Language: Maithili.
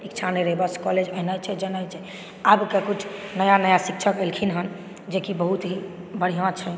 इच्छा नहि रहै बस कॉलेज गेनाइ छै आब के कुछ नया नया शिक्षक एलखिन हँ जे कि बहुत ही बढ़िऑं छथि